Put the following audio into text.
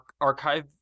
archive